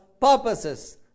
purposes